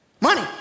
Money